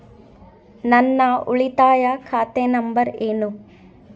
ನನ್ನ ಉಳಿತಾಯ ಖಾತೆ ನಂಬರ್ ಏನು?